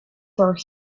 for